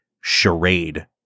Charade